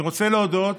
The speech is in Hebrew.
אני רוצה להודות